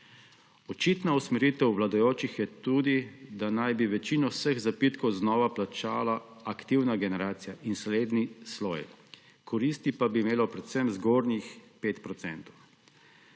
Očitna usmeritev vladajočih je tudi, da naj večino vseh zapitkov znova plačala aktivna generacija in srednji sloj, koristi pa bi imelo predvsem zgornjih 5